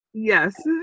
Yes